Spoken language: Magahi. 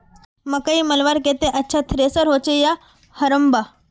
मकई मलवार केते अच्छा थरेसर होचे या हरम्बा?